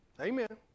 amen